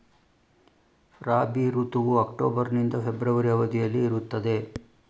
ರಾಬಿ ಋತುವು ಅಕ್ಟೋಬರ್ ನಿಂದ ಫೆಬ್ರವರಿ ಅವಧಿಯಲ್ಲಿ ಇರುತ್ತದೆ